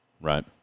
Right